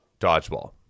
Dodgeball